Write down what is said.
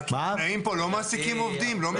בין